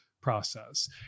process